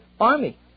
army